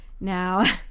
now